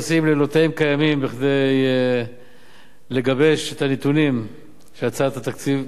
עושים לילותיהם כימים כדי לגבש את הנתונים של הצעת התקציב.